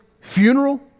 funeral